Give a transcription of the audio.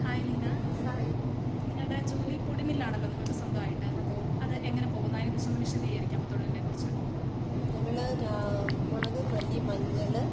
hi Leena hi നിങ്ങളുടെ ജോലി പൊടിമില്ലാണല്ലോ നിങ്ങള്ക്ക് സ്വന്തമായിട്ട് അതെ അത് എങ്ങനെ പോകുന്നു അതിനേക്കുറിച്ചൊന്നു വിശദീകരിക്കാമോ തൊഴിലിനെക്കുറിച്ച് ആ ഞങ്ങൾ മുളക് മല്ലി മഞ്ഞൾ